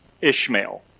Ishmael